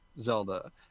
Zelda